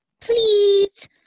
Please